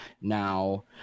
now